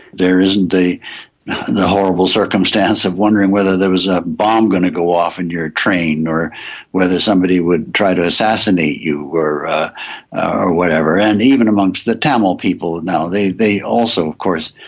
there isn't the the horrible circumstance of wondering whether there was a bomb going to go off in your train or whether somebody would try to assassinate you or whatever. and even amongst the tamil people now, they they also of course,